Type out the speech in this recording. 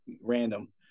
Random